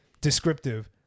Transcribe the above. descriptive